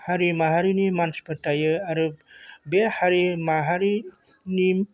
हारि माहारिनि मानसिफोर थायो आरो बे हारि माहारिनि